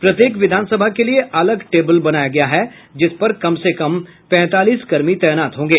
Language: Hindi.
प्रत्येक विधान सभा के लिए अलग टेब्रल बनाया गया है जिस पर कम से कम पैंतालीस कर्मी तैनात होंगे